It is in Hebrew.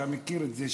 אתה מכיר את זה,